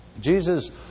Jesus